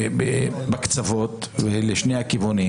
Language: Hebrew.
בקצוות לשני הכיוונים.